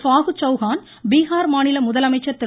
பாஹு சௌஹான் பீகார் மாநில முதலமைச்சர் திரு